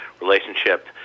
relationship